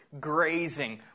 grazing